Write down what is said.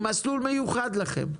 עם מסלול מיוחד להם.